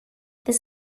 this